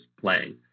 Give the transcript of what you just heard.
playing